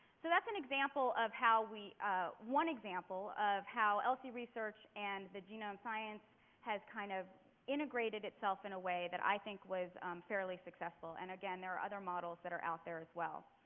so that's an example of how we one example of how lc research and the genome science has kind of integrated itself in a way that i think was fairly successful. and again, there are other models that are out there as well.